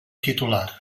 titular